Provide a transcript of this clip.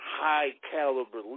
high-caliber